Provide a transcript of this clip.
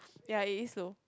ya it is though